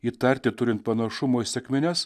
įtarti turint panašumo į sekmines